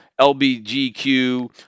LBGQ